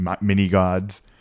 mini-gods